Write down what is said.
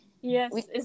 yes